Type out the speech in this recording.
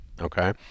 Okay